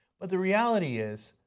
but the reality is,